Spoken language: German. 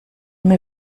mir